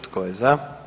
Tko je za?